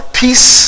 peace